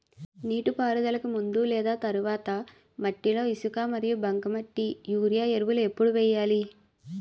నీటిపారుదలకి ముందు లేదా తర్వాత మట్టిలో ఇసుక మరియు బంకమట్టి యూరియా ఎరువులు ఎప్పుడు వేయాలి?